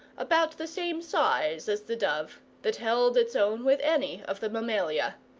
about the same size as the dove, that held its own with any of the mammalia.